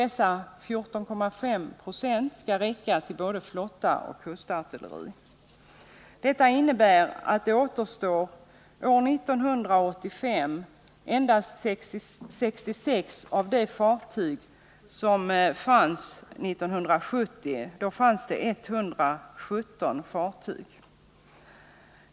Dessa 14,5 90 skall räcka till både flottan och kustartilleriet. År 1985 återstår endast 66 fartyg av de 117 fartyg som fanns år 1970.